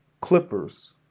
clippers